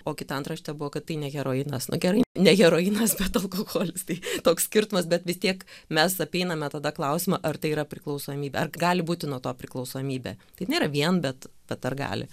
o kita antraštė buvo kad tai ne heroinas na gerai ne heroinas bet alkoholis tai toks skirtumas bet vis tiek mes apeiname tada klausimą ar tai yra priklausomybė ar gali būti nuo to priklausomybė tai nėra vien bet bet ar gali